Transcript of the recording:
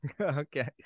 Okay